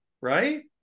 right